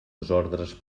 desordres